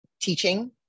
teaching